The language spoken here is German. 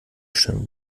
stirn